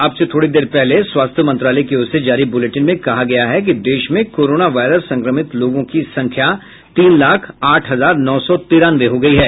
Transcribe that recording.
अब से थोडी देर पहले स्वास्थ्य मंत्रालय की ओर से जारी बुलेटिन में कहा गया है कि देश में कोरोना वायरस संक्रमित लोगों की संख्या तीन लाख आठ हजार नौ सौ तिरानवे हो गयी है